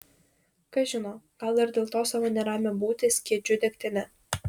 kas žino gal ir dėl to savo neramią būtį skiedžiu degtine